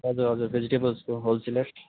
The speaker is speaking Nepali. हजुर हजुर भेजिटेबल्सको होलसेलर